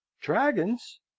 Dragons